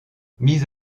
mise